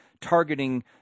targeting